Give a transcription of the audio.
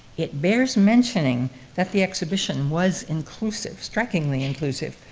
it bears mentioning that the exhibition was inclusive. strikingly inclusive.